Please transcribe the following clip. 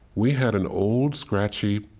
we had an old scratchy